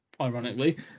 ironically